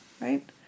right